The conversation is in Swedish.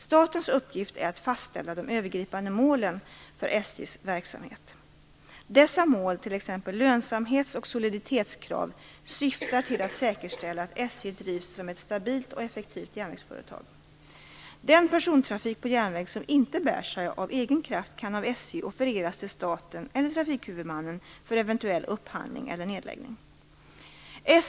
Statens uppgift är att fastställa de övergripande målen för SJ:s verksamhet. Dessa mål, t.ex. lönsamhets och soliditetskrav, syftar till att säkerställa att SJ drivs som ett stabilt och effektivt järnvägsföretag. Den persontrafik på järnväg som inte bär sig av egen kraft kan av SJ offereras till staten eller trafikhuvudmannen för eventuell upphandling eller nedläggning.